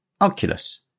oculus